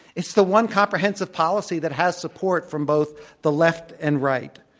it's the one comprehensive policy that has support from both the left and right.